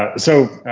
ah so,